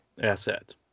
asset